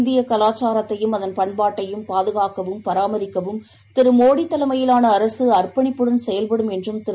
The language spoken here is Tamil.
இந்தியகலாச்சாரத்தையும் பண்பாட்டையும் பாதுகாக்கவும் பராமரிக்கவும் திரு மோடிதலைமையிலானஅரசுஅர்ப்பணிப்புடன் செயல்படும் என்றுதிரு